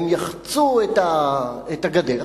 הם יחצו את הגדר,